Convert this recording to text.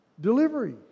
delivery